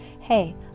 hey